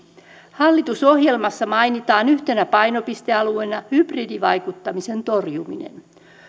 hallitusohjelmassa mainitaan yhtenä painopistealueena hybridivaikuttamisen torjuminen